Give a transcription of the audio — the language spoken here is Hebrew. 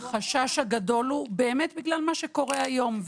החשש הגדול הוא בגלל מה שקורה היום.